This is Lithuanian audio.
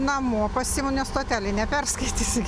namo pasiimu nes stotelėj neperskaitysi gi